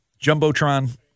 Jumbotron